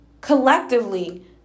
Collectively